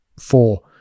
four